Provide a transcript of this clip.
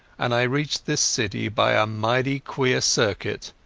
and i reached this city by a mighty queer circuit.